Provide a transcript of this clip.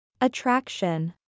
Attraction